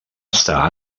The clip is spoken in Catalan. estar